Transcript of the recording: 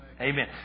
Amen